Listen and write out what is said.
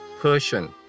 Persian